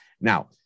Now